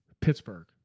Pittsburgh